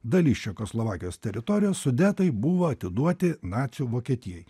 dalis čekoslovakijos teritorijos sudetai buvo atiduoti nacių vokietijai